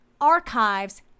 archives